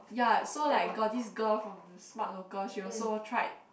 ya so like got this girl from the Smart Local she also tried